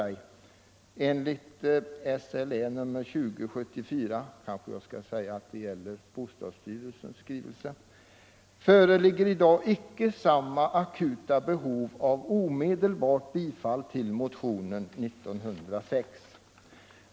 nit granskas eller ej, föreligger i dag icke samma akuta behov av omedelbart bifall till motionen 1906.